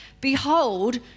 Behold